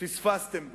פספסתם בו?